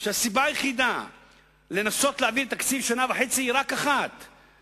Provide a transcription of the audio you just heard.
שהסיבה לניסיון להעביר תקציב לשנה וחצי היא רק אחת ויחידה: